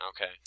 Okay